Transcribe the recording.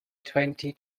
twenty